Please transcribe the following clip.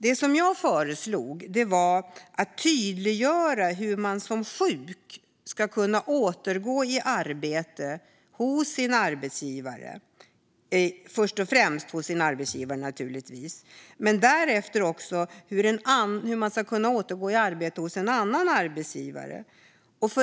Det jag föreslog var att tydliggöra hur man som sjuk ska kunna återgå i arbete, först och främst hos sin arbetsgivare men därefter hos en annan arbetsgivare.